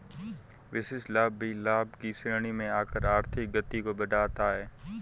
विशिष्ट लाभ भी लाभ की श्रेणी में आकर आर्थिक गति को बढ़ाता है